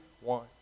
one